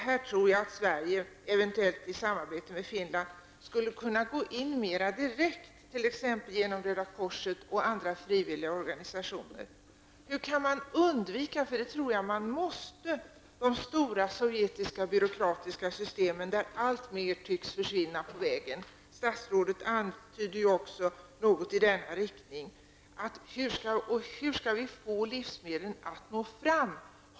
Här tror jag att Sverige, eventuellt i samarbete med Finland, skulle kunna gå in mer direkt genom t.ex. Röda korset och andra frivilliga organisationer. Hur kan man undvika -- för det tror jag att man måste -- de stora sovjetiska byråkratiska systemen, där alltmer tycks försvinna på vägen? Statsrådet antydde någonting i denna riktning. Hur skall man få livsmedlen att nå fram?